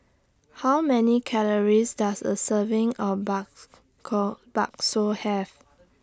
How Many Calories Does A Serving of Bakso Have